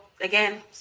again